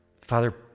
Father